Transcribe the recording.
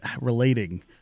relating